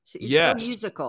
Yes